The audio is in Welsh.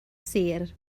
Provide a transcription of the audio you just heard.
sir